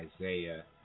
Isaiah